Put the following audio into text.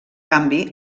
canvi